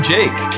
Jake